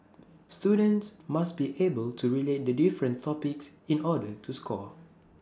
students must be able to relate the different topics in order to score